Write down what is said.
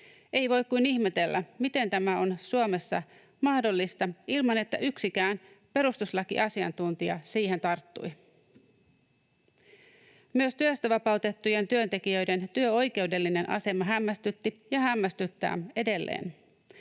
Ei voi kuin ihmetellä, miten tämä on Suomessa mahdollista ilman, että yksikään perustuslakiasiantuntija siihen tarttui. Myös työstä vapautettujen työntekijöiden työoikeudellinen asema hämmästytti ja hämmästyttää edelleen.